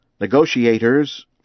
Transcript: Negotiators